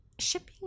Shipping